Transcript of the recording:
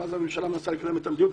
והממשלה מנסה לקדם את המדיניות.